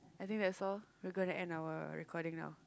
I think that's all we're gonna end our recording now